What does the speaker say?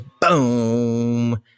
boom